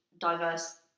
diverse